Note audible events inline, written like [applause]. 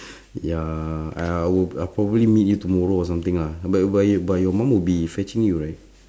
[breath] ya I I would I'll probably meet you tomorrow or something lah but y~ but y~ but your mum will be fetching you right